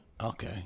Okay